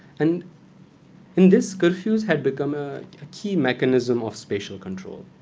and in this, curfews had become a key mechanism of spatial control.